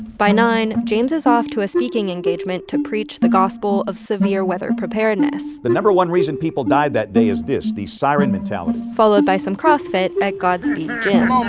by nine, james is off to a speaking engagement to preach the gospel of severe weather preparedness the no. one reason people died that day is this, the siren mentality followed by some crossfit at godspeed gym um